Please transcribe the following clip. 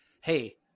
hey –